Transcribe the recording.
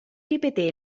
ripeté